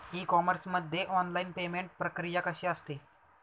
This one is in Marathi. ई कॉमर्स मध्ये ऑनलाईन पेमेंट प्रक्रिया कशी असते?